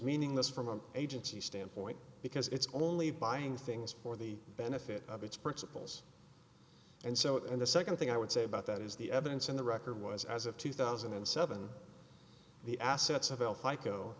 meaningless from an agency standpoint because it's only buying things for the benefit of its principles and so and the second thing i would say about that is the evidence in the record was as of two thousand and seven the assets